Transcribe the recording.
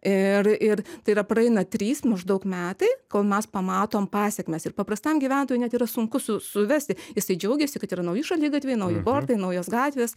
ir ir tai yra praeina trys maždaug metai kol mes pamatom pasekmes ir paprastam gyventojui net yra sunku su suvesti jisai džiaugiasi kad yra nauji šaligatviai nauji bortai naujos gatvės